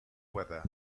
weather